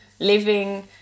Living